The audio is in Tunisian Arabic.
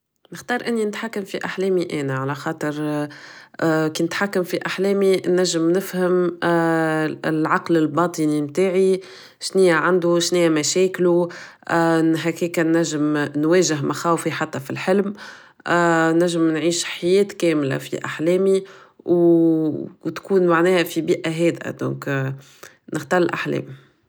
نختار اني نتحكم في احلامي انا علخاطر كي نتحكم في احلامي نجم نفهم العقل الباطني متاعي شنية عندو شنية مشاكلو هكاك نجم نواجه مخاوفي حتى فالحلم نجم نعيش حياة كاملة في احلامي و تكون معناها في بيئة هادئة دونك نختار الاحلام